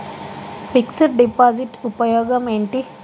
Fix డ్ deposit ఉపయోగం ఏంటి?